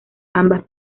ambas